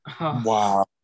Wow